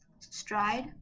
Stride